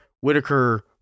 Whitaker